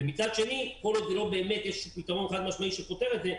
ומצד שני כל עוד לא באמת יש פתרון חד משמעי שפותר את זה,